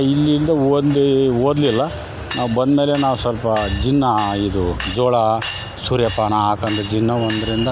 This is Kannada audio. ಇಲ್ಲಿಂದ ಒಂದೇ ಓದಲಿಲ್ಲ ನಾವು ಬಂದ ಮೇಲೆ ನಾವು ಸ್ವಲ್ಪ ಜಿನ್ನ ಇದು ಜೋಳ ಸೂರ್ಯಪಾನ ಹಾಕ್ಕೊಂಡು ಜಿನ್ನು ಒಂದರಿಂದ